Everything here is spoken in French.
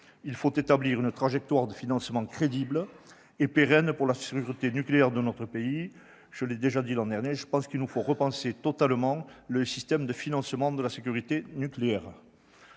il faut établir une trajectoire de financement crédible et pérenne pour la sûreté nucléaire de notre pays. Je l'ai déjà dit l'année dernière, il faut repenser totalement le système de financement de la sécurité nucléaire.